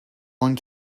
one